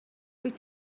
rwyt